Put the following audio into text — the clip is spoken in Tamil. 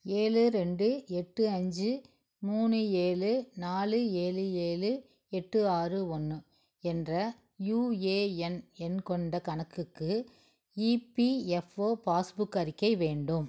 ஏழு ரெண்டு எட்டு அஞ்சு மூணு ஏழு நாலு ஏழு ஏழு எட்டு ஆறு ஒன்று என்ற யூஏஎன் எண் கொண்ட கணக்குக்கு இபிஎஃப்ஓ பாஸ்புக் அறிக்கை வேண்டும்